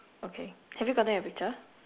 okay have you gotten your picture